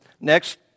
next